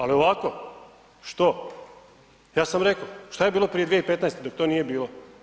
Ali ovako, što, ja sam rekao, šta je bilo prije 2015. dok to nije bilo?